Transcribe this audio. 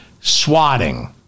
swatting